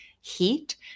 heat